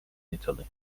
italy